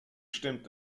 stimmt